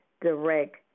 direct